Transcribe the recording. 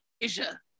Asia